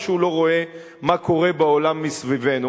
או שהוא לא רואה מה קורה בעולם סביבנו.